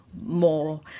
more